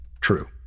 true